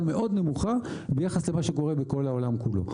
מאוד נמוכה ביחס למה שקורה בכל העולם כולו,